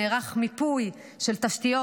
נערך מיפוי של תשתיות,